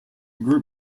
group